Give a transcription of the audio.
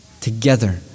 together